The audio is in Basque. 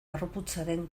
harroputzaren